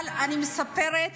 אבל אני מספרת